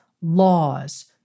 laws